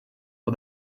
for